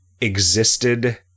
Existed